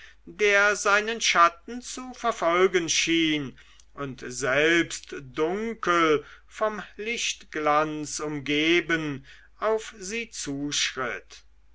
der seinen schatten zu verfolgen schien und selbst dunkel vom lichtglanz umgeben auf sie zuschritt